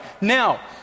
Now